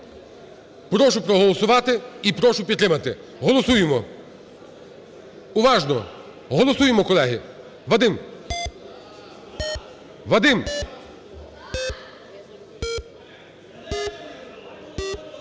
Прошу проголосувати і прошу підтримати. Голосуємо. Уважно, голосуємо, колеги, Вадим, Вадим.